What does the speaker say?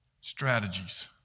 strategies